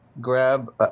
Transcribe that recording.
grab